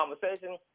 conversation